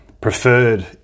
preferred